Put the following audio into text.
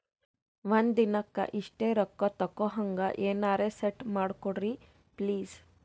ಒಂದಿನಕ್ಕ ಇಷ್ಟೇ ರೊಕ್ಕ ತಕ್ಕೊಹಂಗ ಎನೆರೆ ಸೆಟ್ ಮಾಡಕೋಡ್ರಿ ಪ್ಲೀಜ್?